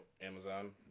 Amazon